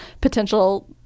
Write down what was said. potential